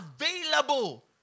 available